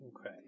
Okay